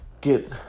get